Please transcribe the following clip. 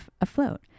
afloat